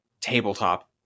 tabletop